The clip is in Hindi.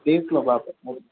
देख लो अब आप